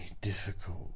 difficult